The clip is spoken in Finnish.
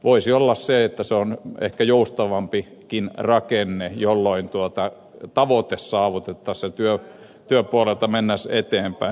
voisi olla niin että se olisi ehkä joustavampikin rakenne jolloin tavoite saavutettaisiin ja työn puolella mentäisiin eteenpäin